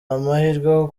amahirwe